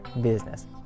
business